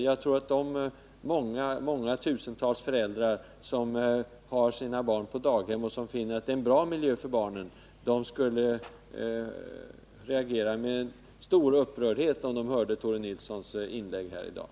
Jag tror att de tusentals föräldrar som har sina barn på daghem, och som finner att det är en bra miljö för barnen, skulle bli upprörda, om de hörde Tore Nilssons inlägg här i dag.